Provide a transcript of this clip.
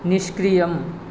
निष्क्रियम्